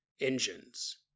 engines